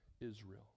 Israel